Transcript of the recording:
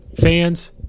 Fans